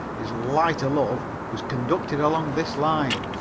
his light-o'-love, was conducted along this line